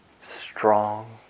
strong